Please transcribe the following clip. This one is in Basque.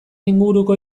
inguruko